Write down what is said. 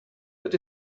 that